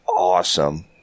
Awesome